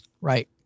right